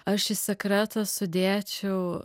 aš į sekretą sudėčiau